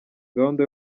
gahunda